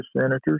Senators